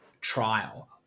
trial